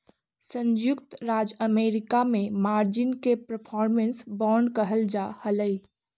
संयुक्त राज्य अमेरिका में मार्जिन के परफॉर्मेंस बांड कहल जा हलई